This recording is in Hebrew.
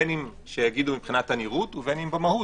בין אם שיגידו מבחינת הנראות ובין אם במהות,